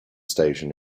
station